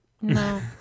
No